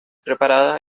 preparada